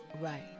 right